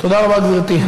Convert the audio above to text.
תודה רבה, גברתי.